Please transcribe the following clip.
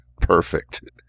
Perfect